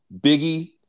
Biggie